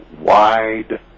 wide